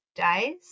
days